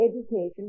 Education